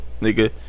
nigga